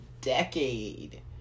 decade